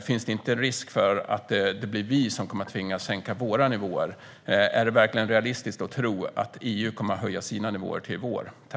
Finns det inte en risk för att det blir vi som kommer att tvingas sänka våra nivåer? Är det verkligen realistiskt att tro att EU kommer att höja sina nivåer till våra?